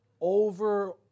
over